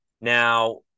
Now